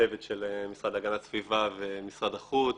הצוות של המשרד להגנת הסביבה ומשרד החוץ.